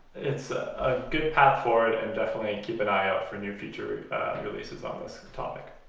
it's a good path forward and definitely keep an eye out for new future ah releases on this topic